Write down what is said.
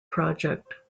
project